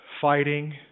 fighting